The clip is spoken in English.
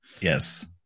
Yes